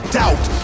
doubt